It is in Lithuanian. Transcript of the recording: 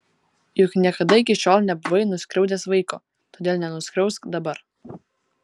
juk niekada iki šiol nebuvai nuskriaudęs vaiko todėl nenuskriausk dabar